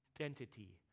identity